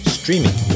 streaming